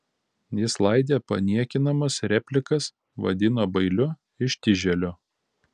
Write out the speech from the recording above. jis laidė paniekinamas replikas vadino bailiu ištižėliu